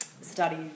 study